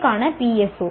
க்கான PSO